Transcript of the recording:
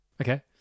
okay